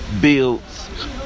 Builds